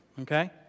okay